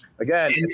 Again